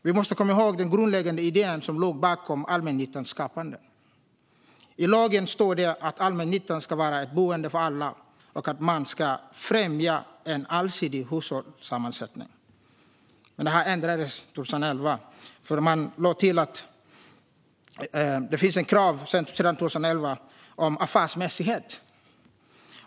Vi måste komma ihåg den grundläggande idén som låg bakom allmännyttans skapande. I lagen står det att allmännyttan ska vara ett boende för alla och att man ska främja en allsidig hushållssammansättning. Detta ändrades dock 2011, då det infördes krav på affärsmässighet.